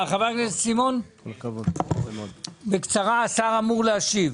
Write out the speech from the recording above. חבר הכנסת סימון, בקצרה, השר אמור להשיב.